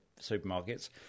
supermarkets